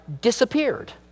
Disappeared